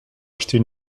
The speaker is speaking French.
acheter